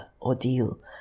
ordeal